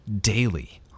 daily